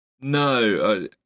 No